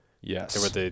Yes